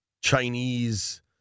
Chinese